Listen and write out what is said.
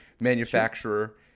manufacturer